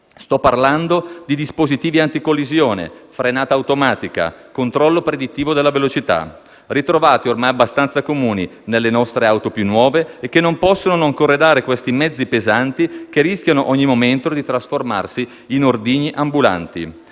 Sto parlando di dispositivi anticollisione, frenata automatica, controllo predittivo della velocità, ritrovati ormai abbastanza comuni nelle nostre auto più nuove e che non possono non corredare questi mezzi pesanti, che rischiano ogni momento di trasformarsi in ordigni ambulanti.